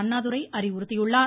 அண்ணாதுரை அறிவுறுத்தியுள்ளார்